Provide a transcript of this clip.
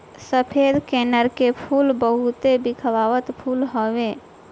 सफ़ेद कनेर के फूल बहुते बिख्यात फूल हवे